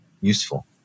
useful